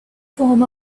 form